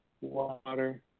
water